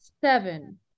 Seven